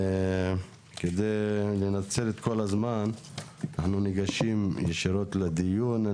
כדי לנצל את כל הזמן אנחנו ניגשים ישירות לדיון.